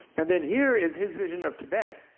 and then here is his vision of tibet